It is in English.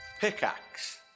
Pickaxe